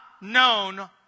known